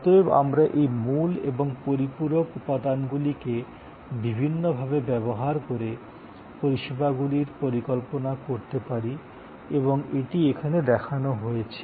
অতএব আমরা এই মূল এবং পরিপূরক উপাদানগুলিকে বিভিন্ন ভাবে ব্যবহার করে পরিষেবাগুলির পরিকল্পনা করতে পারি এবং এটি এখানে দেখানো হয়েছে